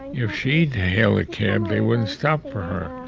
if she'd hail a cab, they wouldn't stop for her.